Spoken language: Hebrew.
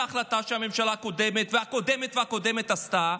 ההחלטה שהממשלה הקודמת והקודמת והקודמת עשתה.